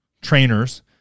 trainers